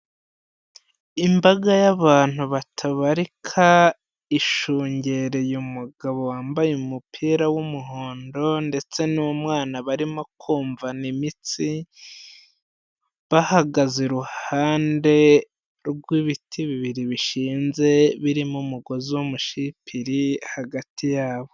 Imbaga y'abantu batabarika ishungereye umugabo wambaye umupira w'umuhondo ndetse n'umwana barimo kumvana imitsi, bahagaze iruhande rw'ibiti bibiri bishinze birimo umugozi w'umushipiri hagati yabo.